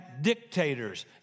dictators